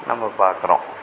நம்ம பார்க்கறோம்